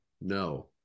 No